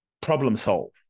problem-solve